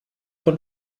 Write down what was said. von